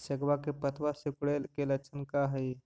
सगवा के पत्तवा सिकुड़े के लक्षण का हाई?